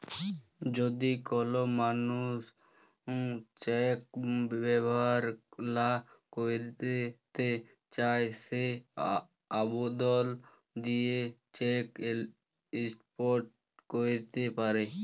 যদি কল মালুস চ্যাক ব্যাভার লা ক্যইরতে চায় সে আবদল দিঁয়ে চ্যাক ইস্টপ ক্যইরতে পারে